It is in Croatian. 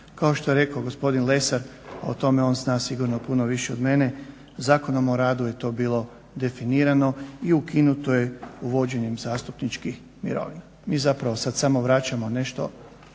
Kao što je rekao gospodin Lesar, a o tome on zna sigurno puno više od mene, Zakonom o radu je to bilo definirano i ukinuto je uvođenjem zastupničkih mirovina. Mi zapravo sad samo vraćamo nešto